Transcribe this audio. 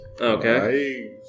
Okay